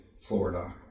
Florida